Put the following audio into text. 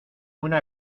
una